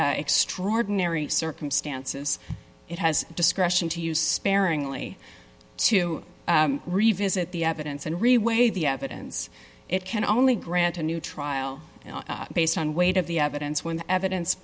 x extraordinary circumstances it has discretion to use sparingly to revisit the evidence and reweigh the evidence it can only grant a new trial based on weight of the evidence when the evidence